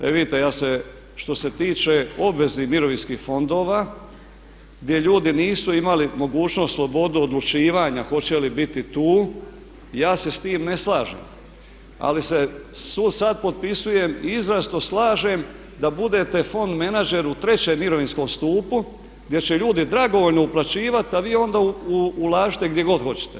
E vidite ja se, što se tiče obveznih mirovinskih fondova gdje ljudi nisu imali mogućnost slobodu odlučivanja hoće li biti tu, ja se s tim ne slažem ali se sad potpisujem i izrazito slažem da budete fond menadžer u trećem mirovinskom stupu gdje će ljudi dragovoljno uplaćivati a vi onda ulažite gdje god hoćete.